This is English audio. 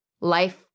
Life